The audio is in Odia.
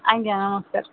ଆଜ୍ଞା ନମସ୍କାର